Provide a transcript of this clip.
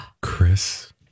Chris